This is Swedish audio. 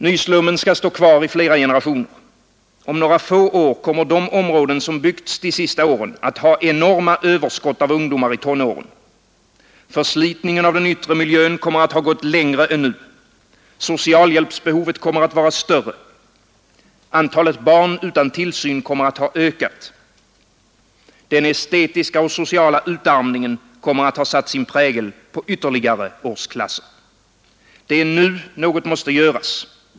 Nyslummen skall stå kvar i flera generationer. Om några få år kommer de områden som byggts den senaste tiden att ha enorma överskott av ungdomar i tonåren. Förslitningen av den yttre miljön kommer att ha gått längre än nu. Socialhjälpsbehovet kommer att vara större. Antalet barn utan tillsyn kommer att ha ökat. Den estetiska och sociala utarmningen kommer att ha satt sin prägel på ytterligare årsklasser. Det är nu något måste göras.